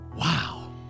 Wow